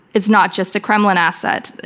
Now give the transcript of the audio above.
it's not just a kremlin asset.